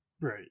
Right